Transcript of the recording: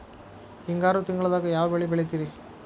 ಹಿಂಗಾರು ತಿಂಗಳದಾಗ ಯಾವ ಬೆಳೆ ಬೆಳಿತಿರಿ?